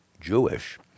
Jewish